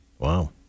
Wow